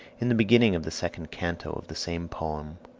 in the beginning of the second canto of the same poem,